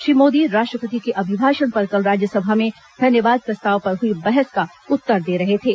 श्री मोदी राष्ट्रपति के अभिभाषण पर कल राज्यसभा में धन्यवाद प्रस्ताव पर हुई बहस का उत्तर दे रहे थे